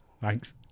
thanks